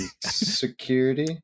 security